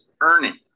earning